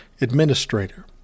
administrator